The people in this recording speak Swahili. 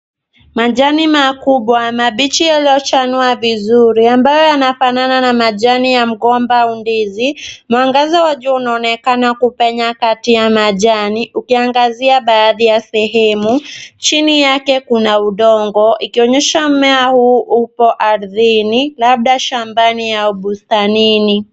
Majani makubwa mabichi yaliyochanua vizuri amabayo yanafanana na majani ya mgomba au ndizi, mwangaza wa jua unaonekana kupenya kati ya majani ukiangazia baadhi ya sehemu, chini yake kuna udongo, ikionyesha mmea huu uko ardhini labda shambani au bustanini.